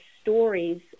stories